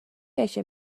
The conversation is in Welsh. eisiau